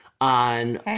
on